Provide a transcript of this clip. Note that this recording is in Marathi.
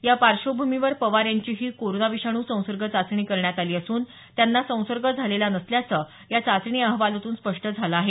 या पार्श्वभूमीवर पवार यांचीही कोरोना विषाणू संसर्ग चाचणी करण्यात आली असून त्यांना संसर्ग झालेला नसल्याचं या चाचणी अहवालातून स्पष्ट झालं आहे